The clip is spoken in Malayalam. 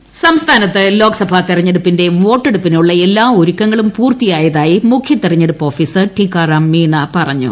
ടിക്കറാം മീണ ഇൻട്രോ സംസ്ഥാനത്ത് ലോക്സഭാ തെരഞ്ഞെടുപ്പിന്റെ വോട്ടെടുപ്പിനുള്ള എല്ലാ ഒരുക്കങ്ങളും പൂർത്തിയായതായി മുഖ്യതെരഞ്ഞെടുപ്പ് ഓഫീസർ ടിക്കറാം മീണ പറഞ്ഞു